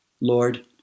Lord